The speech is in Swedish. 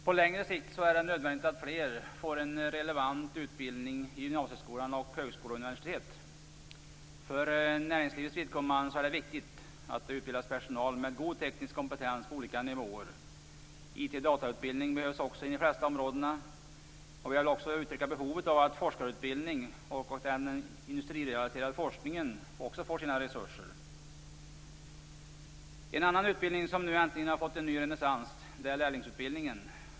På längre sikt är det nödvändigt att fler får en relevant utbildning i gymnasieskolan och på högskolor eller universitet. För näringslivets vidkommande är det viktigt att det utbildas personal med god teknisk kompetens på olika nivåer. IT och datautbildning behövs också inom de flesta områden. Jag vill även uttrycka behovet av forskarutbildning och att den industrirelaterade forskningen också får sina resurser. En annan utbildning som nu äntligen har fått en ny renässans är lärlingsutbildningen.